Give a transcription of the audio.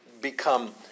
become